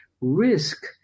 risk